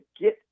get